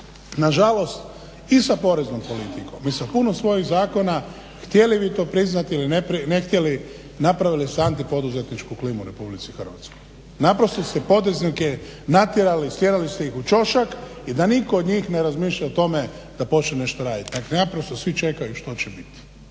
nažalost i sa poreznom politikom i sa puno svojih zakona htjeli vi to priznati ili ne htjeli napravili ste antipoduzetničku klimu u RH. naprosto ste poduzetnike natjerali stjerali ste ih u ćošak i da nitko od njih ne razmišlja o tome da počne nešto raditi nego naprosto svi čekaju što će biti.